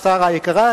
שרה היקרה,